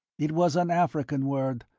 it was an african word.